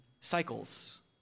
cycles